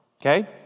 okay